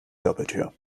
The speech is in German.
doppeltür